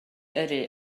yrru